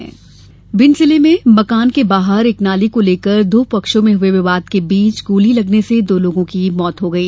विवाद मौत भिण्ड जिले में मकान के बाहर एक नाली को लेकर दो पक्षों में हुए विवाद के बीच गोली चलने से दो लोगों की मौत हो गई